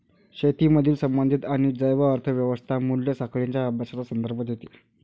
शेतीमधील संबंधित आणि जैव अर्थ व्यवस्था मूल्य साखळींच्या अभ्यासाचा संदर्भ देते